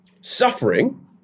suffering